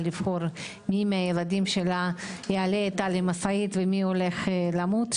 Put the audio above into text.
לבחור מי מהילדים שלה יעלה איתה למשאית ומי הולך למות,